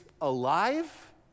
alive